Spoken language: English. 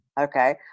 Okay